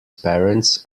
parents